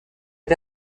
une